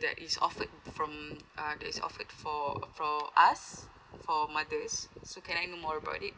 that is offered from uh that is offer for for us for mothers so can I know more about it